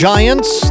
Giants